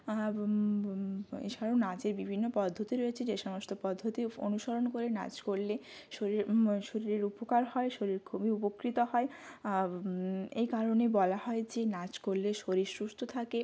এছাড়াও নাচের বিভিন্ন পদ্ধতি রয়েছে যে সমস্ত পদ্ধতি অনুসরণ করে নাচ করলে শরীর শরীরের উপকার হয় শরীর খুবই উপকৃত হয় এই কারণে বলা হয় যে নাচ করলে শরীর সুস্থ থাকে